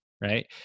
right